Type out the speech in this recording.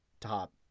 top